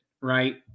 Right